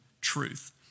truth